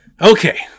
okay